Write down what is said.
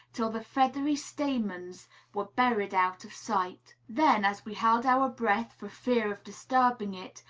till the feathery stamens were buried out of sight. then, as we held our breath for fear of disturbing it,